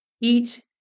eat